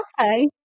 okay